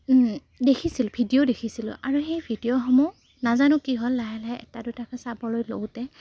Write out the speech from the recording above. দেখিছিল ভিডিঅ' দেখিছিলোঁ আৰু সেই ভিডিঅ'সমূহ নাজানো কি হ'ল লাহে লাহে এটা দুটাকৈ চাবলৈ লওঁতে